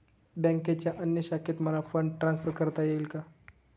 बँकेच्या अन्य शाखेत मला फंड ट्रान्सफर करता येईल का?